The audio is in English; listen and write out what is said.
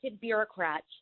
bureaucrats